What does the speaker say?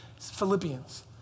Philippians